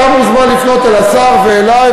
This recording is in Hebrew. אתה מוזמן לפנות אל השר ואלי,